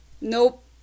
nope